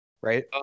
Right